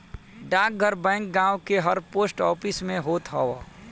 डाकघर बैंक गांव के हर पोस्ट ऑफिस में होत हअ